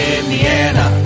Indiana